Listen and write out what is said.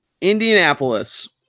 Indianapolis